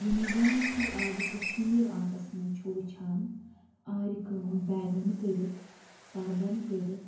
یِم زَن تُہۍ آزٕ کشمیر آرٹَس منٛز چھو وُچھان آرِ کٲم بیگَن کٔرِتھ پَردَن کٔرِتھ